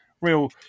real